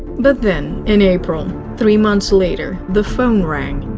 but then, in april, three months later, the phone rang.